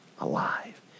alive